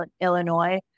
Illinois